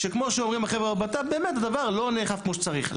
שכמו שאומרים החבר'ה בבט"פ - באמת הדבר לא נאכף כמו שצריך.